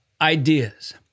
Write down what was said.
Ideas